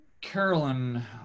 Carolyn